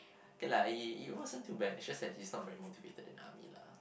okay lah he he wasn't too bad it's just that he's not very motivated in army lah